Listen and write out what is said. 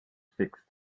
fixed